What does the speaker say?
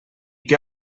què